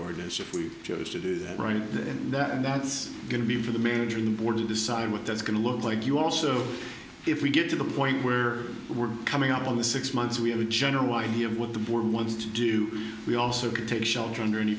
ordinance if we chose to do that right and that and that's going to be for the manager in order to decide what that's going to look like you also if we get to the point where we're coming up on the six months we have a general idea of what the board wants to do we also can take shelter under any